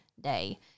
day